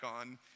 on